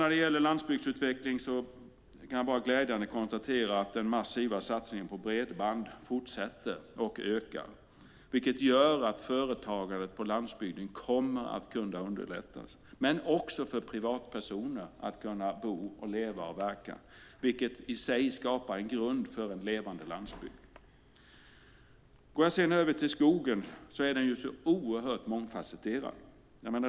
När det gäller landsbygdsutveckling kan jag glädjande nog konstatera att den massiva satsningen på bredband fortsätter att öka. Det underlättar för företagande på landsbygden men också för privatpersoner att kunna bo, leva och verka där, vilket i sig skapar en grund för en levande landsbygd. Skogen är oerhört mångfasetterad.